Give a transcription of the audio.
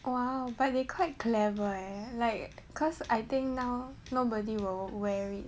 !wah! but they quite clever leh like cause I think now nobody will wear it